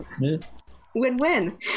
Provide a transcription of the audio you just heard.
Win-win